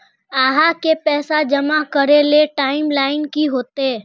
आहाँ के पैसा जमा करे ले टाइम लाइन की होते?